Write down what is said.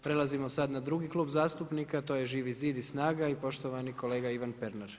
Prelazimo sada na drugi klub zastupnika, a to je Živi zid i Snaga i poštovani kolega Ivan Pernar.